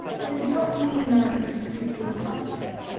we do not mean learning to speak in public.